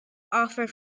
offer